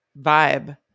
vibe